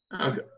Okay